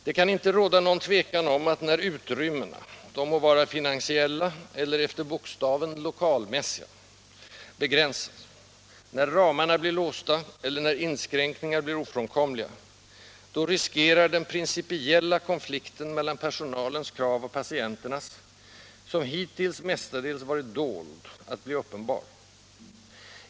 Det kan inte råda någon tvekan om att när utrymmena — de må vara finansiella, eller, efter bokstaven, lokalmässiga — begränsas, när ramarna blir låsta, eller när inskränkningar blir ofrånkomliga, då riskerar den principiella konflikten mellan personalens krav och patienternas, som hittills mestadels varit dold, att bli uppenbar.